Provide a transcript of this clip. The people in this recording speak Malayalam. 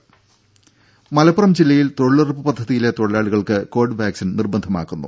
ദേദ മലപ്പുറം ജില്ലയിൽ തൊഴിലുറപ്പ് പദ്ധതിയിലെ തൊഴിലാളികൾക്ക് കോവിഡ് വാക്സിൻ നിർബന്ധമാക്കുന്നു